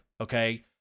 okay